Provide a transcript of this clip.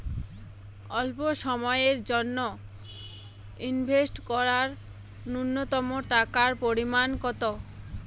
স্বল্প সময়ের জন্য ইনভেস্ট করার নূন্যতম টাকার পরিমাণ কত?